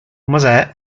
mosè